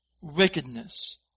wickedness